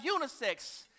unisex